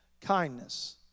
Kindness